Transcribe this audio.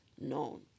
known